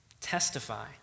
testify